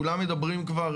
כולם מדברים כבר,